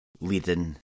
leading